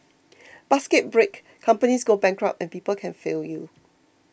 baskets break companies go bankrupt and people can fail you